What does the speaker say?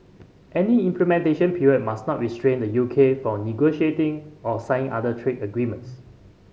any implementation period must not restrain the U K from negotiating or signing other trade agreements